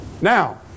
Now